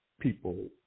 People